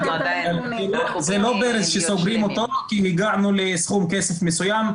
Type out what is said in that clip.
זה לא ברז שסוגרים אותו כי הגענו לסכום כסף מסוים.